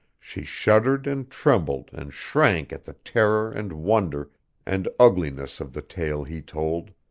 she shuddered and trembled and shrank at the terror and wonder and ugliness of the tale he told.